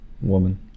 woman